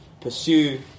Pursue